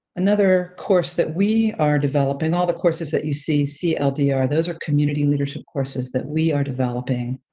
another course that we are developing, all the courses that you see, cldr, those are community leadership courses that we are developing